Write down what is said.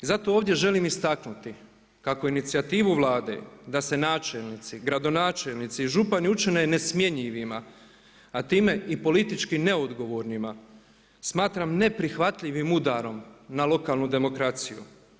Zato ovdje želim istaknuti kako inicijativu Vlade da se načelnici, gradonačelnici i župani učine nesmjenjivima, a time i politički neodgovornima, smatram neprihvatljivim udarom na lokalnu demokraciju.